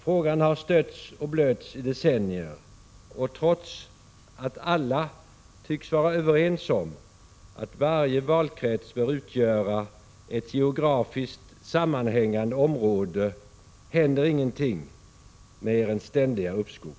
Frågan har stötts och blötts i decennier, och trots att alla tycks vara överens om att varje valkrets bör utgöra ett geografiskt sammanhängande område = Prot. 1986/87:47 händer ingenting mer än ständiga uppskov.